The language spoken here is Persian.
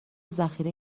ذخیره